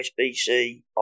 USB-C